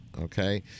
okay